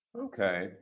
Okay